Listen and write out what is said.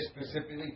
specifically